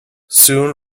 soon